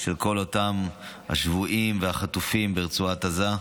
של כל אותם השבויים והחטופים ברצועת עזה.